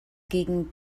gegen